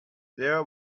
they